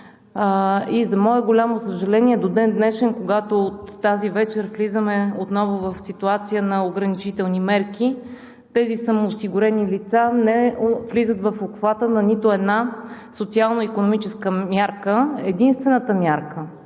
За мое голямо съжаление, до ден днешен, когато от тази вечер влизаме отново в ситуация на ограничителни мерки тези самоосигурени лица не влизат в обхвата на нито една социално икономическа мярка. Единствената мярка,